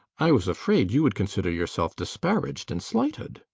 i was afraid you would consider yourself disparaged and slighted.